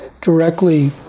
directly